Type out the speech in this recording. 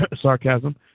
Sarcasm